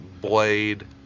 Blade